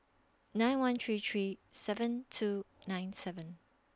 nine one three three seven two nine seven